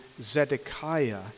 Zedekiah